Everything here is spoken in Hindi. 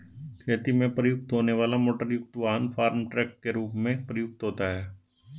खेती में प्रयुक्त होने वाला मोटरयुक्त वाहन फार्म ट्रक के रूप में प्रयुक्त होता है